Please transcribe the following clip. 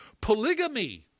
Polygamy